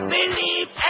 Believe